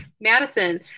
Madison